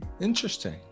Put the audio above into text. Interesting